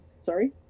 Sorry